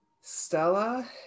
Stella